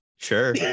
sure